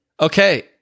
Okay